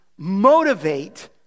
motivate